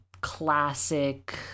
classic